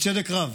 בצדק רב